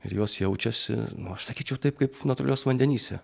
ir jos jaučiasi nu aš sakyčiau taip kaip natūraliuos vandenyse